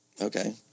Okay